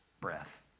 breath